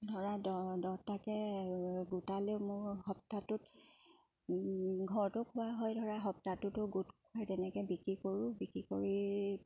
ধৰা দহ দহটাকৈ গোটালে মোৰ সপ্তাহটোত ঘৰটো খোৱা হয় ধৰা সপ্তাহটোতো গোট খোৱাই তেনেকৈ বিক্ৰী কৰোঁ বিক্ৰী কৰি